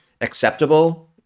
acceptable